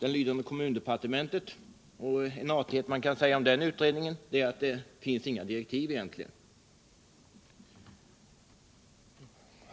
som lyder under kommunikationsdepartementet. En artighet man kan säga om den utredningen är att det egentligen inte finns några direktiv.